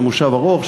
זה מושב ארוך,